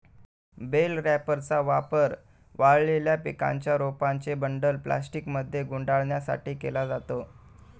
bell रॅपरचा वापर वाळलेल्या पिकांच्या रोपांचे बंडल प्लास्टिकमध्ये गुंडाळण्यासाठी केला जातो